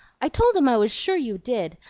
i told em i was sure you did!